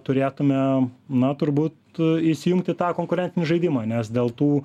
turėtumėm na turbūt įsijungti tą konkurencinį žaidimą nes dėl tų